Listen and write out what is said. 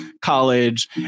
college